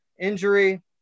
injury